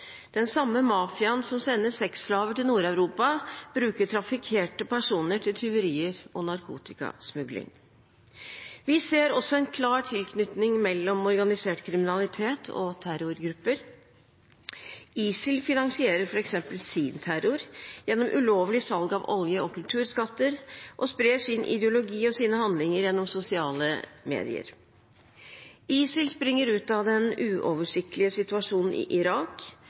Den samme mafiaen som sender sexslaver til Nord-Europa, bruker trafikkerte personer til tyverier og narkotikasmulig. Vi ser også en klar tilknytning mellom organisert kriminalitet og terrorgrupper. ISIL finansierer f.eks. sin terror gjennom ulovlig salg av olje og kulturskatter og sprer sin ideologi og sine handlinger gjennom sosiale medier. ISIL springer ut av den uoversiktlige situasjonen i Irak,